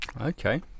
okay